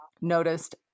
noticed